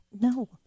No